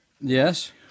Yes